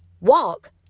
walk